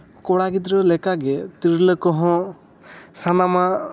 ᱠᱚᱲᱟ ᱜᱤᱫᱽᱨᱟᱹ ᱞᱮᱠᱟ ᱜᱮ ᱛᱤᱨᱞᱟᱹ ᱠᱚᱦᱚᱸ ᱥᱟᱱᱟᱢᱟᱜ